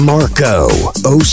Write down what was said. Marco